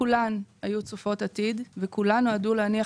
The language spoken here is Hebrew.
כולן היו צופות עתיד וכולם נועדו להניח